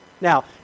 Now